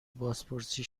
بازپرسی